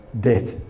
Death